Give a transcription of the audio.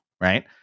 right